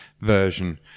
version